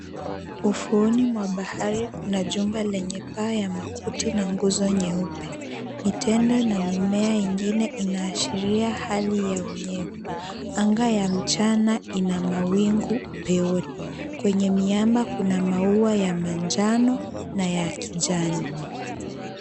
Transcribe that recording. Ufuoni mwa ba hari kuna jumba lenye paa ya makuti na nguzo nyeupe. Mitende na mimea mingine inaashiria hali ya unyevu. Anga ya mchana ina mawingu upeoni. Kwenye miamba kuna maua ya manjano na kijani.